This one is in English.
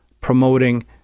promoting